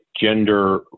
gender